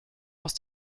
aus